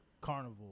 carnival